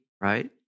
Right